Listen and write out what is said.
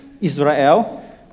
Israel